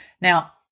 Now